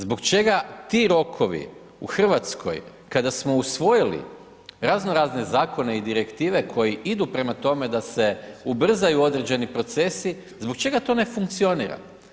Zbog čega ti rokovi u RH kada smo usvojili razno razne zakone i direktive koji idu prema tome da se ubrzaju određeni procesi, zbog čega to ne funkcionira?